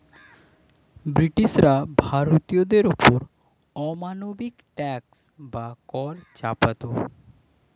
ব্রিটিশরা ভারতীয়দের ওপর অমানবিক ট্যাক্স বা কর চাপাতো